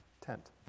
tent